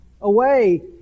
away